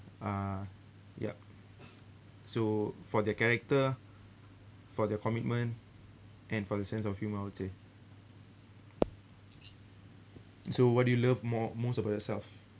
uh yup so for their character for their commitment and for the sense of humour I would say so what do you love more most about yourself